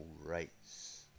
rights